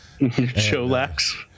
Cholax